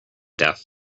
death